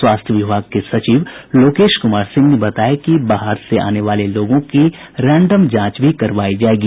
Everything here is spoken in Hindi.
स्वास्थ्य विभाग के सचिव लोकेश कुमार सिंह ने बताया कि बाहर से आने वाले लोगों की रैंडम जांच भी करवायी जायेगी